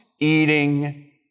eating